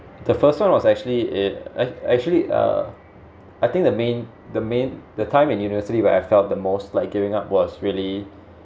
the first one was actually it uh actually uh I think the main the main the time and university where I felt the most like giving up was really